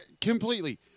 Completely